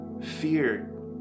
fear